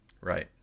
Right